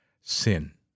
sin